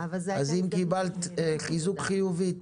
אם קיבלת חיזוק חיובי,